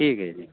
ٹھیک ہے جی